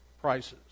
prices